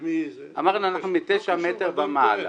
אמרנו, אנחנו מתשע מ' ומעלה.